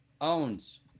owns